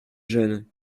jeunes